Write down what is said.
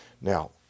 Now